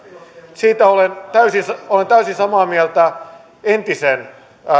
siitä olen täysin olen täysin samaa mieltä entisen